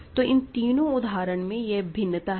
तो इन तीनों उदाहरण में यह भिन्नता है